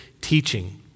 teaching